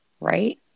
Right